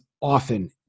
often